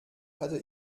hatte